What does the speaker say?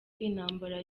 intambara